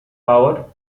power